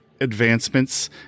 advancements